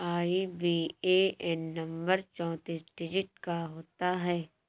IBAN number चौतीस digit का होता है